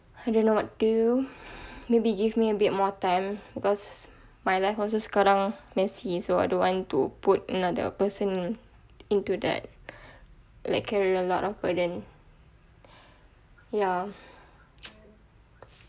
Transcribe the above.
I don't know what to do maybe give me a bit more time because my life also sekarang messy so I don't want to put another person in into that like carry a lot of burden